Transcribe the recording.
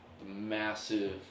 Massive